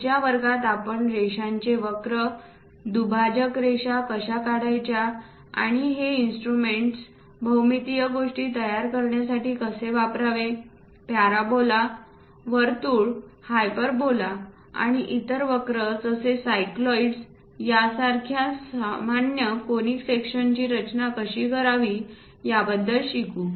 पुढच्या वर्गात आपण रेषांचे वक्र दुभाजक रेषा कशा काढायच्या आणि हे इन्स्ट्रुमेंट्स भौमितीय गोष्टी तयार करण्यासाठी कसे वापरावे पॅराबोला वर्तुळ हायपरबोला आणि इतर वक्र जसे सायक्लॉईड्स या सारख्या सामान्य कोनिक सेक्शनतची रचना कशी करावी याबद्दल शिकू